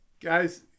guys